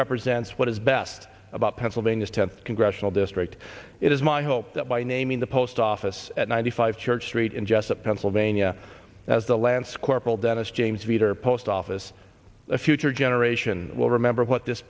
represents what is best about pennsylvania's to congressional district it is my hope that by naming the post office at ninety five church street in jessup pennsylvania as the lance corporal that is james vader post office the future generation will remember what this